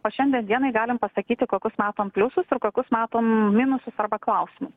o šiandien dienai galim pasakyti kokius matom pliusus ir kokius matom minusus arba klausimus